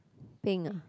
pink ah